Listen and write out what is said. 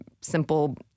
simple